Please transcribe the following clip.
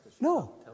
No